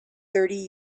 thirty